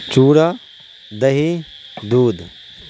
چوڑا دہی دودھ